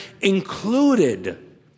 included